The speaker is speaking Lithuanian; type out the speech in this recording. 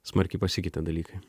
smarkiai pasikeitė dalykai